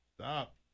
Stop